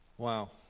Wow